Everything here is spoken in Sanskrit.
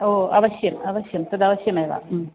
ओ अवश्यम् अवश्यं तदवश्यमेव